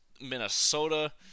Minnesota